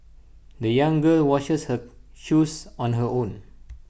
the young girl washes her shoes on her own